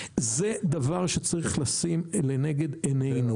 זה דבר שצריך לשים לנגד עינינו.